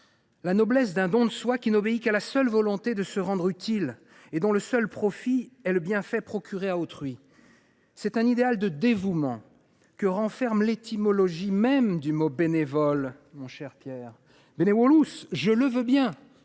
la noblesse d’un don de soi qui n’obéit qu’à la seule volonté de se rendre utile et dont le seul profit est le bienfait procuré à autrui. C’est un idéal de dévouement que renferme l’étymologie du mot « bénévole »:, celui qui veut du bien.